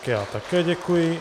Já také děkuji.